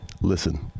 Listen